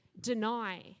deny